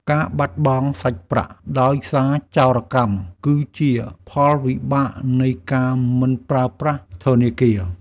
ការបាត់បង់សាច់ប្រាក់ដោយសារចោរកម្ម គឺជាផលវិបាកនៃការមិនប្រើប្រាស់ធនាគារ។